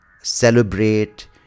celebrate